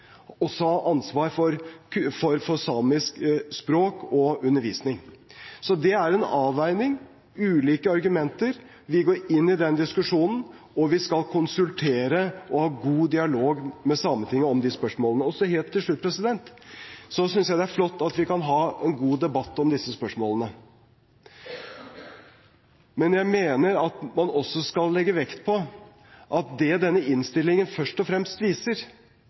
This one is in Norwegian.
også har ansvar for samisk språk og undervisning. Så det er en avveining med ulike argumenter. Vi går inn i den diskusjonen, og vi skal konsultere og ha god dialog med Sametinget om de spørsmålene. Helt til slutt: Jeg synes det er flott at vi kan ha en god debatt om disse spørsmålene. Men jeg mener at man også skal legge vekt på at det denne innstillingen først og fremst viser,